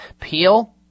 peel